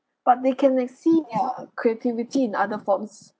but they can exceed their creativity in other forms